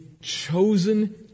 chosen